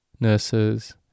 nurses